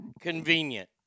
convenient